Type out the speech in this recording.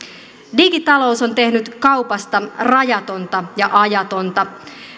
digitalous on tehnyt kaupasta rajatonta ja ajatonta